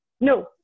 no